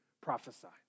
prophesied